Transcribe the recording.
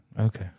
Okay